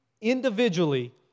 individually